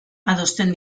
adosten